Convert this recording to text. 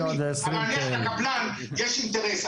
לקבלן יש אינטרס.